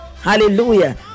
Hallelujah